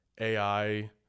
AI